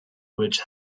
which